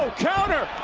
counter,